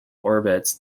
orbits